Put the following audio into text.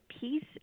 peace